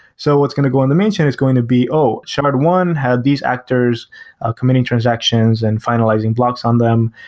so what's going to go on the main chain is going to be, oh, shard one had these actors committing transactions and finalizing blocks on them.